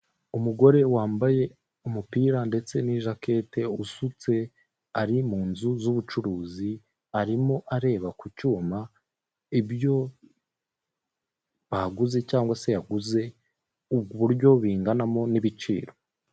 Umugore wambaye umupira ndetse ni ijaketi, usutse ari mu nzu z'ubucuruzi arimo areba ku cyuma ibyo baguze cyangwa se yaguze uburyo binganamo n'ibiciro.